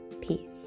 Peace